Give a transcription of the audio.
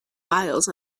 vials